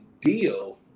deal